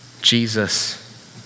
Jesus